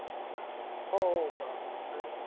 हो हो बरं